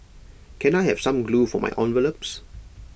can I have some glue for my envelopes